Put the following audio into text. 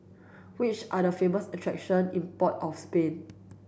which are the famous attractions in Port of Spain